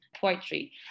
poetry